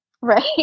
Right